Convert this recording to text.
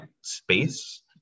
space